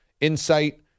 insight